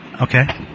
Okay